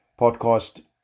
podcast